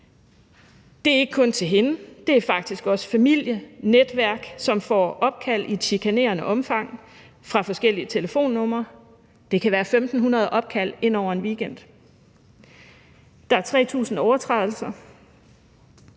det er ikke kun til hende, det er faktisk også hendes familie og netværk, som får opkald i et chikanerende omfang fra forskellige telefonnumre. Det kan være 1.500 opkald ind over en weekend. Der er 3.000 overtrædelser.